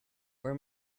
where